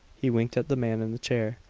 he winked at the man in the chair.